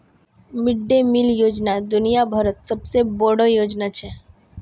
mid day meal योजना दुनिया भरत सबसे बोडो योजना छे